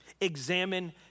examine